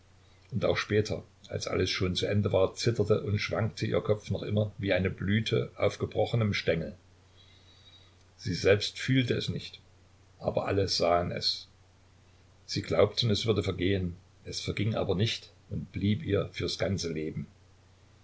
und auch später als alles schon zu ende war zitterte und schwankte ihr kopf noch immer wie eine blüte auf gebrochenem stengel sie selbst fühlte es nicht aber alle sahen es sie glaubten es würde vergehen es verging aber nicht und blieb ihr fürs ganze leben